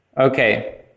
Okay